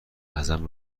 ازم